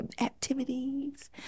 activities